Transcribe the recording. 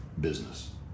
business